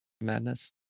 madness